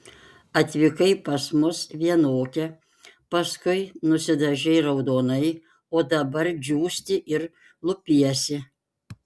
atvykai pas mus vienokia paskui nusidažei raudonai o dabar džiūsti ir lupiesi